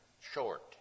short